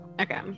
Okay